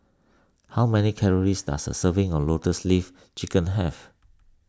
how many calories does a serving of Lotus Leaf Chicken Have